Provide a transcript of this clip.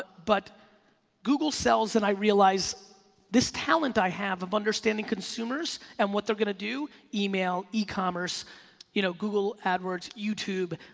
but google sells and i realize this talent i have of understanding consumers and what they're gonna do email, ecommerce, you know google ad words, youtube,